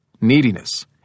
neediness